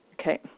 Okay